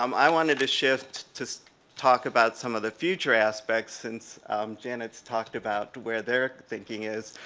um i wanted to shift to talk about some of the future aspects since janet's talked about where their thinking is.